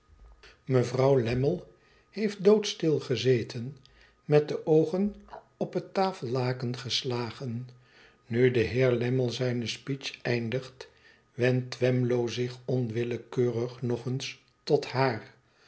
mevrouw lammie heeft doodstil gezeten met de oogen op het tafellaken geslagen nu de heer lammie zijne speech eindigt wendt twemlow zich onwillekeurig nog eens tot haar